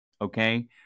Okay